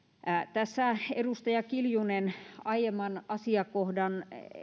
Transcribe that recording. tässä edustaja kiljunen aiemman asiakohdan